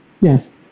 Yes